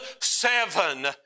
seven